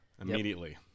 Immediately